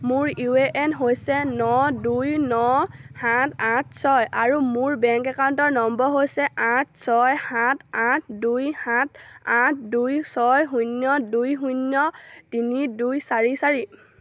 মোৰ U A N হৈছে ন দুই ন সাত আঠ ছয় আৰু মোৰ বেংক একাউণ্ট নম্বৰ হৈছে আঠ ছয় সাত আঠ দুই সাত আঠ দুই ছয় শূন্য দুই শূন্য তিনি দুই চাৰি চাৰি